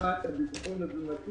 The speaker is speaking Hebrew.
הבטחת הביטחון התזונתי